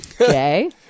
Okay